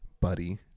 buddy